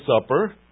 Supper